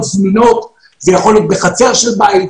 זמינות זה יכול להיות בחצר של בית,